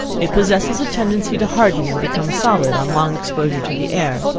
it possesses a tendency to harden and become solid, on long exposure to the air.